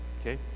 Okay